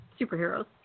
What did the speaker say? superheroes